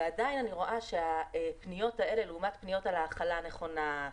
ועדיין אני רואה שהפניות האלה לעומת פניות על האכלה נכונה,